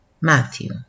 Matthew